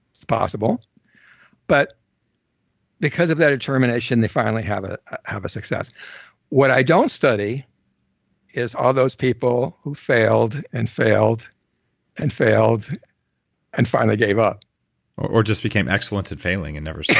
it's possible but because of that determination they have ah have a success what i don't study is all those people who failed and failed and failed and finally gave up or just became excellent at failing and never stopped